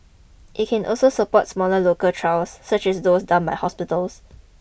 it can also support smaller local trials such as those done by hospitals